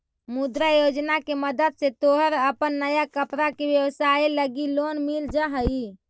मुद्रा योजना के मदद से तोहर अपन नया कपड़ा के व्यवसाए लगी लोन मिल जा हई